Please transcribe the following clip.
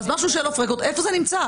איפה זה נמצא?